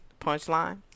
punchline